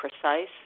precise